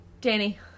Danny